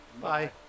Bye